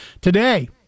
Today